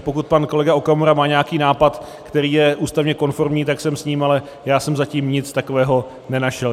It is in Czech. Pokud pan kolega Okamura má nějaký nápad, který je ústavně konformní, tak sem s ním, ale já jsem zatím nic takového nenašel.